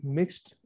mixed